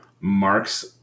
Mark's